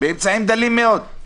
באמצעים דלים מאוד,